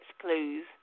clues